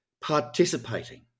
participating